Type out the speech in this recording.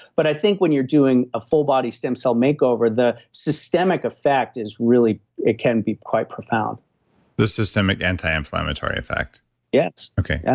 but i think when you're doing a full-body stem cell makeover, the systemic effect is really. it can be quite profound the systemic anti-inflammatory effect yes okay. yeah